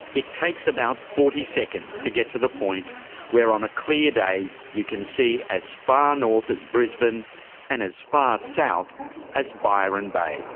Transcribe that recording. it takes about forty seconds to get to the point where on a clear day you can see as far north as brisbane and as far south as byron bay.